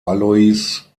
alois